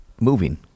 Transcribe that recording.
moving